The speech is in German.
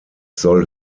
soll